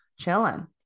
chilling